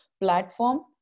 Platform